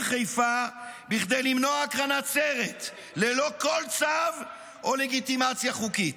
חיפה כדי למנוע הקרנת סרט ללא כל צו או לגיטימציה חוקית.